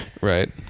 Right